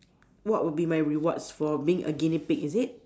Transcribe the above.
what would be my rewards for being a guinea pig is it